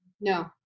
No